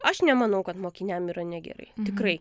aš nemanau kad mokiniam yra negerai tikrai